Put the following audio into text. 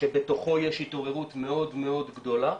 שבתוכו יש התעוררות מאוד גדולה,